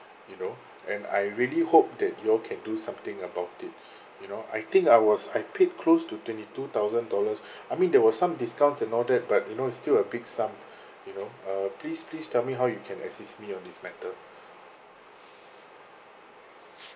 you know and I really hope that you all can do something about it you know I think I was I paid close to twenty two thousand dollars I mean there were some discounts and all that but you know it's still a big sum you know uh please please tell me how you can assist me on this matter